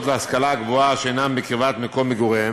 להשכלה גבוהה שאינם בקרבת מקום מגוריהם.